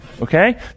Okay